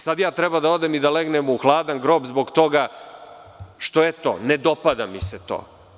Sad ja treba da odem i da legnem u hladan grob zbog toga što, eto, ne dopada mi se to.